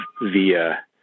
via